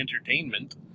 entertainment